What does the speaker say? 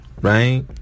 Right